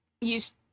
use